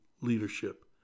leadership